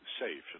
safe